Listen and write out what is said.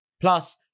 Plus